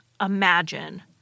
imagine